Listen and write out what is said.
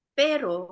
pero